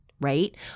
right